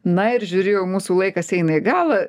na ir žiūriu jau mūsų laikas eina į galą